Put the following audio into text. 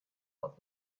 not